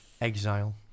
Exile